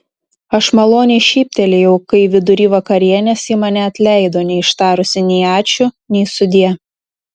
aš maloniai šyptelėjau kai vidury vakarienės ji mane atleido neištarusi nei ačiū nei sudie